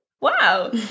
wow